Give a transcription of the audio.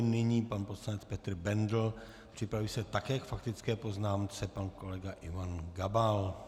Nyní pan poslanec Petr Bendl, připraví se také k faktické poznámce pan kolega Ivan Gabal.